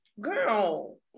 Girl